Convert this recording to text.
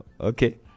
okay